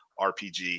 rpg